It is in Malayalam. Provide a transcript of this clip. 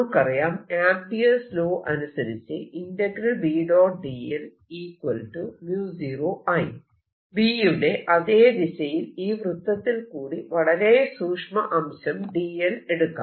നമുക്കറിയാം ആംപിയേർസ് ലോ അനുസരിച്ച് B യുടെ അതെ ദിശയിൽ ഈ വൃത്തത്തിൽ കൂടി വളരെ സൂക്ഷ്മ അംശം dl എടുക്കാം